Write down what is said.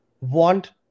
want